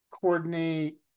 coordinate